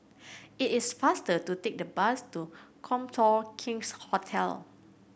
it is faster to take the bus to Copthorne King's Hotel